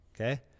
okay